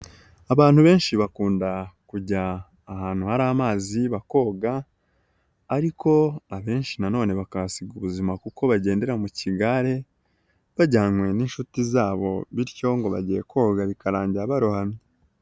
Abantu benshi bakunda kujya ahantu hari amazi bakoga, ariko abenshi na none bakahasiga ubuzima kuko bagendera mu kigare, bajyanywe n'inshuti zabo bityo ngo bagiye koga bikarangira barohamye.